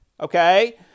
Okay